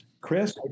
Chris